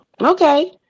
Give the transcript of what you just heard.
Okay